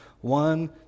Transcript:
One